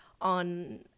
on